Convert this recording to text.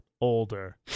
older